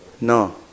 No